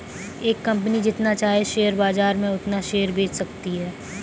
एक कंपनी जितना चाहे शेयर बाजार में उतना शेयर बेच सकती है